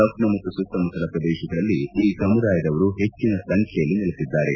ಲಕ್ಷೋ ಮತ್ತು ಸುತ್ತಮುತ್ತಲ ಪ್ರದೇಶಗಳಲ್ಲಿ ಈ ಸಮುದಾಯದವರು ಹೆಚ್ಚಿನ ಸಂಖ್ಲೆಯಲ್ಲಿ ನೆಲೆಸಿದ್ದಾರೆ